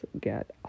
get